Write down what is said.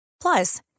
Plus